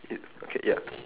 it okay ya